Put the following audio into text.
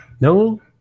No